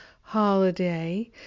holiday